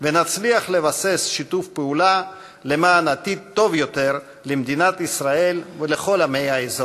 ונצליח לבסס שיתוף פעולה למען עתיד טוב יותר למדינת ישראל ולכל עמי האזור.